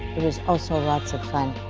it was also lots of fun.